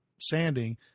sanding